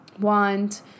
want